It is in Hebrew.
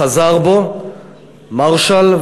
מרשל,